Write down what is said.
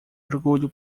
orgulho